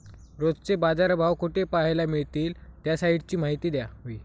रोजचे बाजारभाव कोठे पहायला मिळतील? त्या साईटची माहिती द्यावी